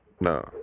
No